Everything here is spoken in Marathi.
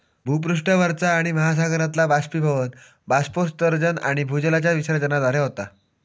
भूपृष्ठावरचा पाणि महासागरातला बाष्पीभवन, बाष्पोत्सर्जन आणि भूजलाच्या विसर्जनाद्वारे होता